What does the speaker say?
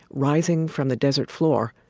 rising from the desert floor,